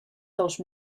dels